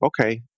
okay